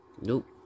nope